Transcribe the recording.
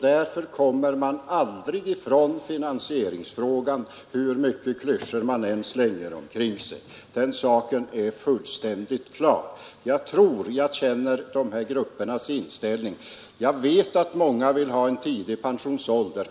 Därför kommer man aldrig ifrån finansieringsfrågan, hur mycket klyschor man än slänger omkring sig — den saken är fullständigt klar. Jag tror jag känner de här gruppernas inställning. Jag vet att många vill ha en låg pensionsålder;